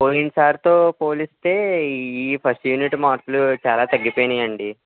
పోయిన సారితో పోలిస్తే ఈ ఫస్ట్ యూనిట్ మార్కులు చాలా తగ్గిపోయాయి అండి